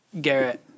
Garrett